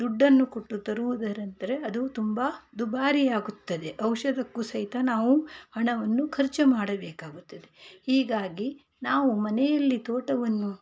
ದುಡ್ಡನ್ನು ಕೊಟ್ಟು ತರುವುದೆಂದ್ರೆ ಅದು ತುಂಬ ದುಬಾರಿಯಾಗುತ್ತದೆ ಔಷಧಕ್ಕೂ ಸಹಿತ ನಾವು ಹಣವನ್ನು ಖರ್ಚು ಮಾಡಬೇಕಾಗುತ್ತದೆ ಹೀಗಾಗಿ ನಾವು ಮನೆಯಲ್ಲಿ ತೋಟವನ್ನು